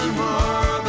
more